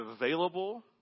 available